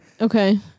Okay